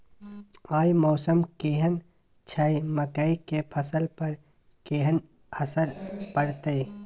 आय मौसम केहन छै मकई के फसल पर केहन असर परतै?